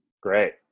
Great